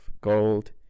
gold